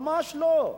ממש לא.